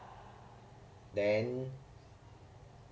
then